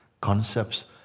concepts